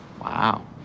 Wow